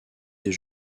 des